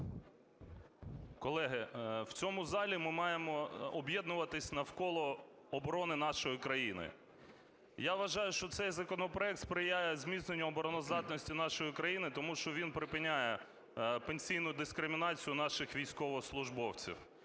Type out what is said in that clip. Колеги, в цьому залі ми маємо об'єднуватись навколо оборони нашої країни. Я вважаю, що цей законопроект сприяє зміцненню обороноздатності нашої країни, тому що він припиняє пенсійну дискримінацію наших військовослужбовців.